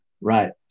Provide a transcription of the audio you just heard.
Right